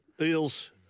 Eels